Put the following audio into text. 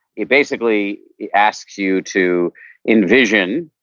it basically asks you to envision,